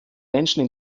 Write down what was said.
menschen